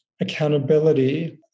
accountability